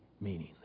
meaning